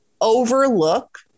overlook